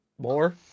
More